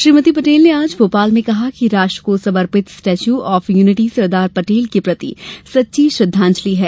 श्रीमती पटेल ने आज भोपाल में कहा कि राष्ट्र को समर्पित Statue of Unity Sardar Patel के प्रति सच्ची श्रद्वांजलि है